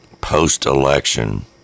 post-election